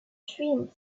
dream